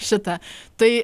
šitą tai